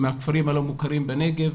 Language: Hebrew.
מהכפרים הלא מוכרים בנגב,